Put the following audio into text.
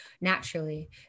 naturally